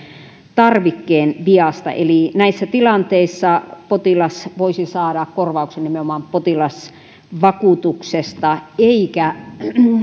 tarvikkeen viasta eli näissä tilanteissa potilas voisi saada korvauksen nimenomaan potilasvakuutuksesta eikä